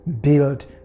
build